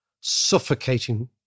suffocating